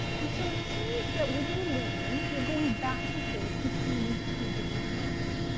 and so it seems that, when you're learning, you're going back and forth between these two different modes.